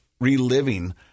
reliving